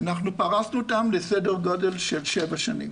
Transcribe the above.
אנחנו פרסנו אותן לסדר גודל של שבע שנים.